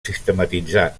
sistematitzar